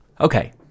Okay